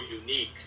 unique